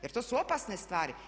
Jer to su opasne stvari.